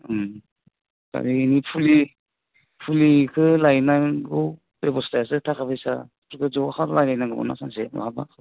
उम फुलिखौ लायनांगौ बेब'स्थायासो थाखा फैसा बेखौ ज'है रायलायनांगोमोनना खनसे मालाबा